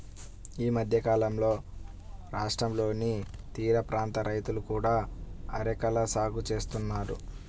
ఈ మధ్యకాలంలో రాష్ట్రంలోని తీరప్రాంత రైతులు కూడా అరెకల సాగు చేస్తున్నారు